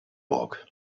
burg